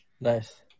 Nice